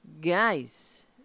Guys